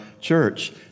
church